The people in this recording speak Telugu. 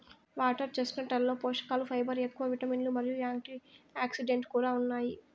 వాటర్ చెస్ట్నట్లలో పోషకలు ఫైబర్ ఎక్కువ, విటమిన్లు మరియు యాంటీఆక్సిడెంట్లు కూడా ఉంటాయి